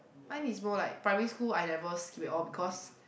mine is more like primary school I never skip at all because